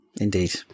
Indeed